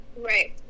Right